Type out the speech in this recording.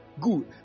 good